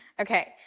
okay